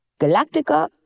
Galactica